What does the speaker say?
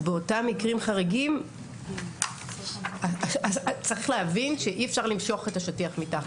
אז באותם מקרים חריגים צריך להבין שאי אפשר למשוך את השטיח מתחת.